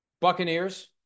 buccaneers